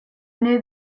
knew